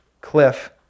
cliff